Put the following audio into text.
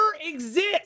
exist